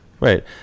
Right